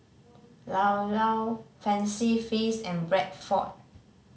Llao Llao Fancy Feast and Bradford